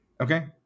Okay